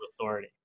authority